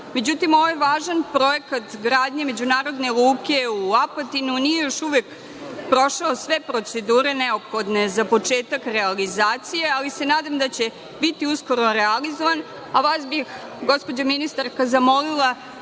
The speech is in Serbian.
ovaj važan projekat gradnje međunarodne luke u Apatinu nije još uvek prošao sve procedure neophodne za početak realizacije, ali se nadam da će biti uskoro realizovan, a vas bih gospođo ministarka zamolila